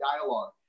dialogue